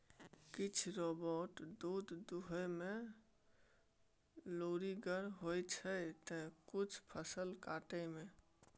किछ रोबोट दुध दुहय मे लुरिगर होइ छै त किछ फसल काटय मे